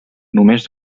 només